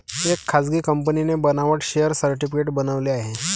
एका खासगी कंपनीने बनावट शेअर सर्टिफिकेट बनवले आहे